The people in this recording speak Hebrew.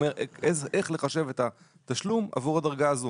הוא אומר איך לחשב את התשלום עבור הדרגה הזאת.